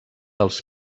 els